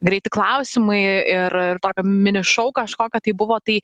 greiti klausimai ir ir tokio mini šou kažkokio tai buvo tai